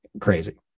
crazy